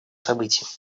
событиями